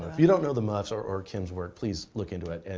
if you don't know the muffs or or kim's work, please look into it. and